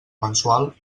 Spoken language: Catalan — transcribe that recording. mensual